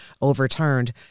overturned